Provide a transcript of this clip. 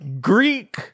Greek